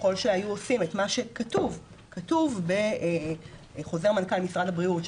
שככל שהיו עושים את מה שכתוב בחוזר מנכ"ל משרד הבריאות,